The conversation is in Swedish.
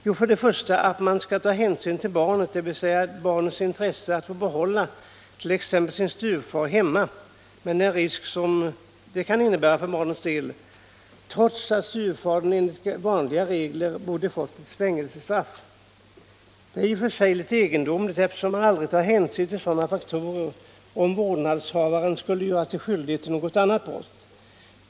Jo, först och främst skall man ta hänsyn till barnet, dvs. barnets intresse av att få behålla t.ex. sin styvfar hemma — med den risk som det kan innebära för barnets del — trots att styvfadern enligt vanliga regler borde få ett fängelsestraff. Det är ju i och för sig litet egendomligt, eftersom man aldrig tar hänsyn till sådana faktorer om vårdnadshavaren skulle göra sig skyldig till något annat brott.